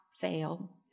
fail